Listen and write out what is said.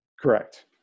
Correct